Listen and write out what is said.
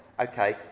Okay